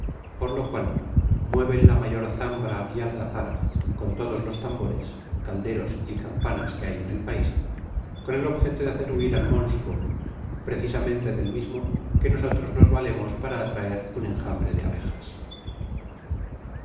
por lo cual mueven la mayor zambra y algazara con todos los tambores calderos y campanas que hay en el pais con el objeto de hacer huir al monstruo precisamente del mismo que nosotros nos valemos para atraer un enjambre de abejas